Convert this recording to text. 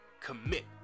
commit